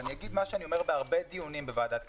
אגיד מה שאני אומר בהרבה דיונים בוועדת הכלכלה: